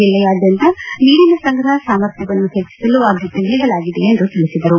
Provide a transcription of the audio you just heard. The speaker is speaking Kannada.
ಜಿಲ್ಲೆಯಾದ್ಯಂತ ನೀರಿನ ಸಂಗ್ರಹ ಸಾಮರ್ಥ್ಯವನ್ನು ಹೆಚ್ಚಿಸಲು ಆದ್ಯತೆ ನೀಡಲಾಗಿದೆ ಎಂದು ತಿಳಿಸಿದರು